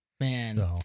Man